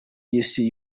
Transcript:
y’isi